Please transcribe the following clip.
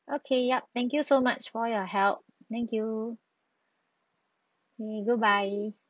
okay yup thank you so much for your help thank you okay goodbye